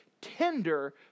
tender